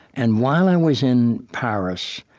and while i was in paris,